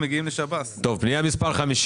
מי בעד אישור פנייה מספר 50?